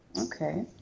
Okay